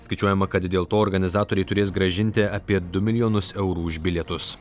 skaičiuojama kad dėl to organizatoriai turės grąžinti apie du milijonus eurų už bilietus